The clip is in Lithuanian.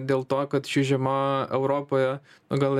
dėl to kad ši žiema europoje pagal